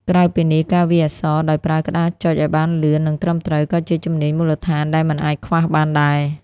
ក្រៅពីនេះ ការវាយអក្សរ ដោយប្រើក្តារចុចឱ្យបានលឿននិងត្រឹមត្រូវក៏ជាជំនាញមូលដ្ឋានដែលមិនអាចខ្វះបានដែរ។